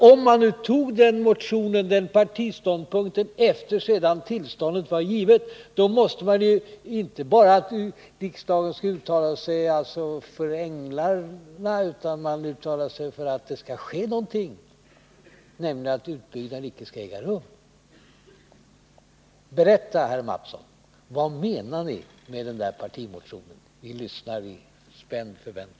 Om man nu intog denna partiståndpunkt efter det att tillståndet var givet måste man ju anse inte bara att riksdagen skall uttala sig för låt mig säga änglarna utan att riksdagen skall uttala att det skall fattas ett beslut, nämligen att utbyggnaden icke skall äga rum. Berätta, herr Mattsson! Vad menar ni med den där partimotionen? Vi lyssnar i spänd förväntan.